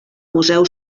museu